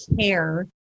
care